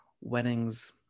weddings